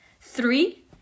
Three